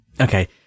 Okay